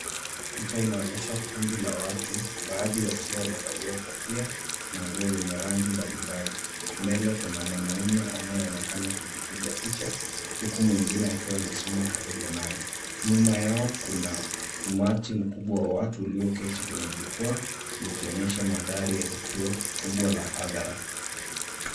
Picha inaonyesha kundi la watu baadhi wakiwa wamevalia kofia na nguo zenye rangi mbali mbali. Mbele kuna mwanaume anayeonekana kujipiga picha huku mwingine akiwa amesimama karibu naye. Nyuma yao kuna umati mkubwa wa watu ulioketi kwenye jukwaa, ikionyesha mandhari ya tukio kubwa la hadhara.